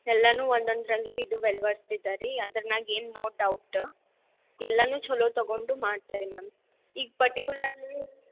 ಎಲ್ಲರು ಒಂದೊಂದರಲ್ಲೂ ಇದು ವೆಲ್ ವರ್ಸ್ಡ್ ಇದಾರೆ ರೀ ಅದ್ರನಾಗ್ ಏನು ನೋ ಡೌಟ್ ಎಲ್ಲನೂ ಚೊಲೋ ತೊಗೊಂಡು ಮಾಡ್ತಾರೆ ರೀ ಮ್ಯಾಮ್ ಈಗ ಪಟ್ಟಿಕ್ಯುಲರ್ಲಿ